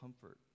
comfort